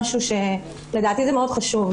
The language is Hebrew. לדעתי זה מאוד חשוב.